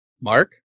Mark